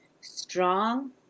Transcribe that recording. strong